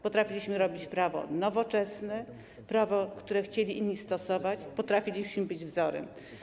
Potrafiliśmy robić prawo nowoczesne, prawo, które chcieli inni stosować, potrafiliśmy być wzorem.